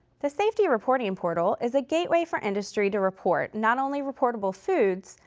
the safety reporting and portal is a gateway for industry to report not only reportable foods,